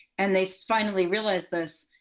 and they so finally realized this,